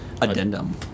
Addendum